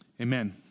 Amen